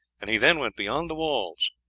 and he then went beyond the walls,